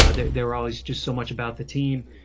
ah they they were always just so much about the team.